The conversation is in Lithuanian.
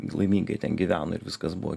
laimingai ten gyveno ir viskas buvo